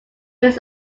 was